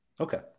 okay